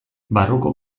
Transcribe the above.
barruko